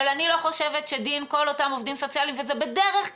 אבל אני לא חושבת שדין כל אותם עובדים סוציאליים וזה בדרך-כלל